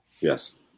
yes